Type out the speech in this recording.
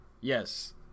Yes